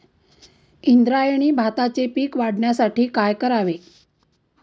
इंद्रायणी भाताचे पीक वाढण्यासाठी काय करावे?